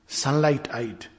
sunlight-eyed